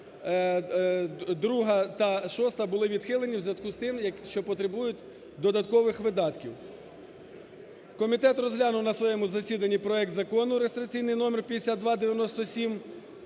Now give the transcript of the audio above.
шоста були відхилені в зв'язку з тим, що потребують додаткових видатків. Комітет розглянув на своєму засіданні проект Закону (реєстраційний номер 5297)